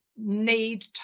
need